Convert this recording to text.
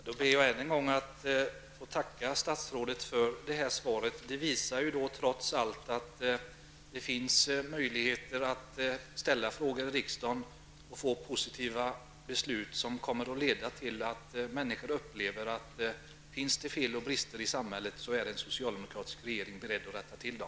Herr talman! Jag ber än en gång att få tacka statsrådet för svaret. Det visar trots allt att det finns möjligheter att ställa frågor i riksdagen och få positiva svar som kommer att leda till att människor upplever att om det finns fel och brister i samhället är en socialdemokratisk regering beredd att rätta till dem.